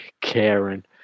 Karen